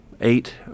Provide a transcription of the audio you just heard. eight